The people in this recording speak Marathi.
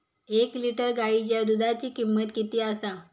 एक लिटर गायीच्या दुधाची किमंत किती आसा?